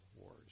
wars